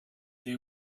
they